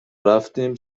رفتیم